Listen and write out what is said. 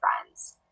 friends